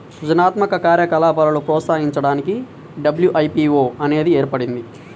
సృజనాత్మక కార్యకలాపాలను ప్రోత్సహించడానికి డబ్ల్యూ.ఐ.పీ.వో అనేది ఏర్పడింది